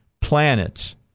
planets